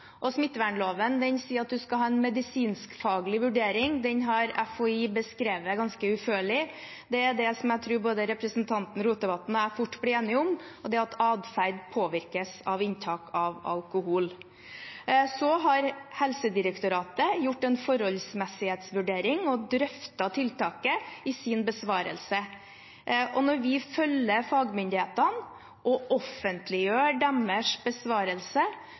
medisinskfaglig vurdering. Den har FHI beskrevet ganske utførlig. Det er noe som jeg tror at representanten Rotevatn og jeg fort kan bli enige om: at adferd påvirkes av inntak av alkohol. Så har Helsedirektoratet gjort en forholdsmessighetsvurdering og drøftet tiltaket i sin besvarelse. Og når vi følger fagmyndighetene og offentliggjør deres besvarelse